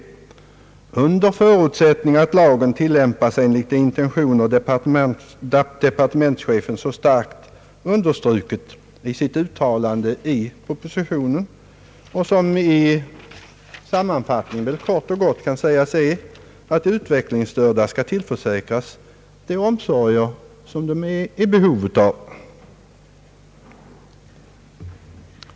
Förutsättningarna för detta är att lagen tillämpas enligt de intentioner som departementschefen så starkt har understrukit i sitt uttalande i propositionen och som i sammanfattning väl kort och gott kan uttryckas så, att de utvecklingsstörda skall tillförsäkras de omsorger som de är i behov av.